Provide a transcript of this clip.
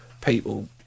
people